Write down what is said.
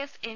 S N